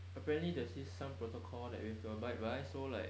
apparently there's this some protocol that we have to abide by so like